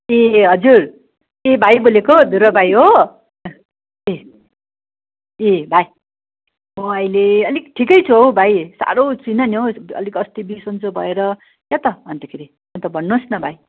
ए हजुर ए भाइ बोलेको धुर्व भाइ हो ए ए भाइ म अहिले अलिक ठिकै छु हो भाइ साह्रो छुइनँ नि हो अलिक अस्ति बिसन्चो भएर त्यही त अन्तखेरि अन्त भन्नुहोस् न भाइ